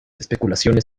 especulaciones